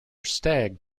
stag